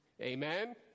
Amen